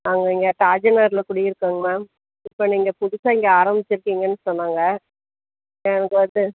நாங்கள் இங்கே தாஜல் நகரில் குடி இருக்குறோங்க மேம் இப்போ நீங்கள் புதுசாக இங்கே ஆரமிச்சிருக்கீங்கன்னு சொன்னாங்க எனக்கு வந்து